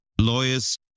lawyers